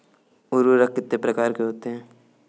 उर्वरक कितने प्रकार के होते हैं?